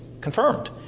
confirmed